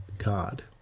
God